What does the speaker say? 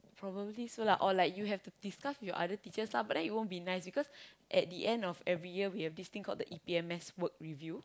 probably so lah or like you have to discuss with your other teachers lah but then it won't be nice because at the end of every year we have this thing called the E_P_M_S work review